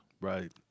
Right